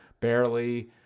barely